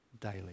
daily